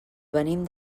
venim